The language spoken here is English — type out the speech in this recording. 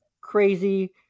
crazy